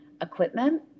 equipment